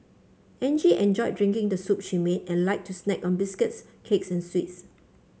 Angie enjoyed drinking the soup she made and liked to snack on biscuits cakes and sweets